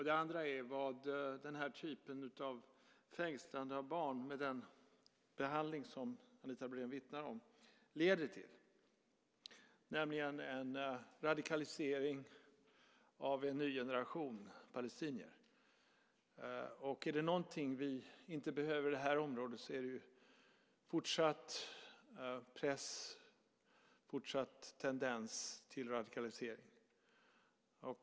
Det andra är vad den här typen av fängslande av barn, med den behandling som Anita Brodén vittnar om, leder till, nämligen en radikalisering av en ny generation palestinier. Är det någonting vi inte behöver i det här området så är det fortsatt press och en fortsatt tendens till radikalisering.